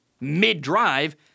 mid-drive